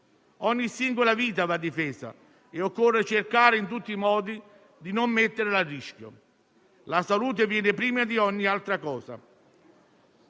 Ogni singola vita va difesa e occorre cercare in tutti i modi di non metterla a rischio: la salute viene prima di ogni altra cosa!